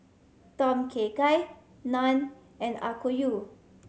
Tom Kha Gai Naan and Okayu